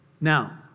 Now